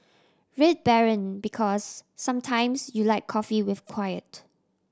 Red Baron Because sometimes you like coffee with quiet